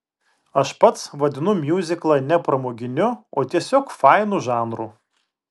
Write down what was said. aš pats vadinu miuziklą ne pramoginiu o tiesiog fainu žanru